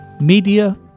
media